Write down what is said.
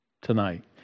tonight